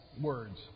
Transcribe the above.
words